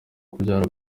kubyara